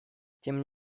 тем